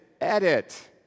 edit